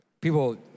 people